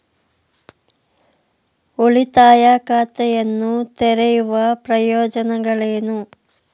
ಉಳಿತಾಯ ಖಾತೆಯನ್ನು ತೆರೆಯುವ ಪ್ರಯೋಜನಗಳೇನು?